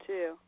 Two